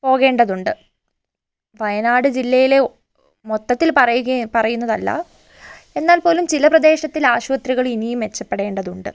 പോകേണ്ടതുണ്ട് വയനാട് ജില്ലയിലെ മൊത്തത്തിൽ പറയുക പറയുന്നതല്ല എന്നാൽപ്പോലും ചില പ്രദേശത്തിൽ ആശുപത്രികൾ ഇനിയും മെച്ചപ്പെടേണ്ടതുണ്ട്